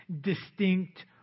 distinct